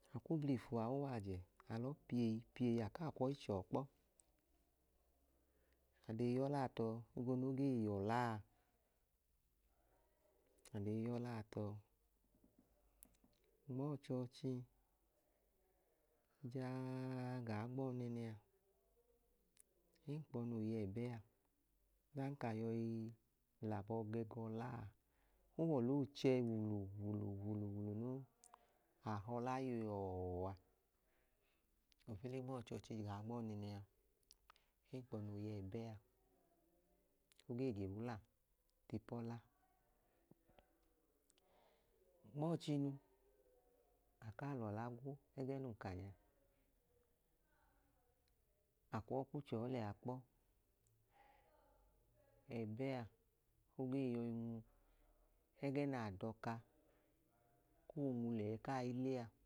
Akw'oblifua w'aje, alọ pieyi pieyi akaa kwọi chọọ kpọ adee yọlaa tọọ higbu no gee yọlaa adee yọlaa tọ nm'ọchọọchi jaaaa gaa gbọọnẹnẹa ẹnkpọ noo yẹbẹa odan ka yọi labọ be kwọlaa owọloo chẹ wulu wulu wulu wulu noo, ahọla yọọa alọtule nm'ọchọchi nyọ gaa gb'ọnẹnẹ a ẹnkpọ noo yaanua ogee jee wula ti pọla. nmọchinu, akaa lọla gwo ẹgẹ nun ka lẹa, akaa kwọi kpo chọọ lea kpọ. bẹa ogee yọi nwu ẹgẹ na doka koo nwu lẹ ẹẹkai